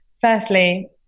firstly